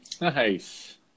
nice